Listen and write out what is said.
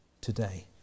today